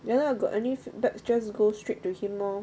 ya lah got any feedback just go straight to him oh